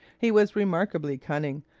he was remarkably cunning,